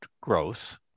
growth